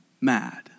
mad